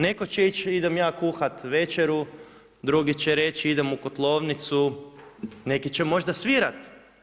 Netko će reći, idem ja kuhati večeru, drugi će reći idem u kotlovnicu, neki će možda svirati.